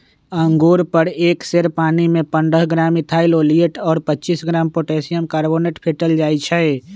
अंगुर पर एक सेर पानीमे पंडह ग्राम इथाइल ओलियट और पच्चीस ग्राम पोटेशियम कार्बोनेट फेटल जाई छै